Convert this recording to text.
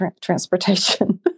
transportation